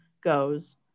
goes